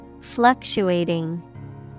Fluctuating